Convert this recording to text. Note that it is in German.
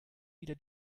wieder